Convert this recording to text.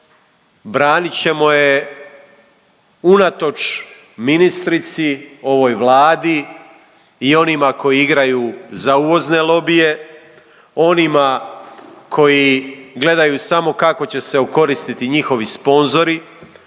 branit ćemo je unatoč ministrici, ovoj Vladi i onima koji igraju za uvozne lobije, onima koji gledaju samo kako će se okoristiti njihovi sponzori,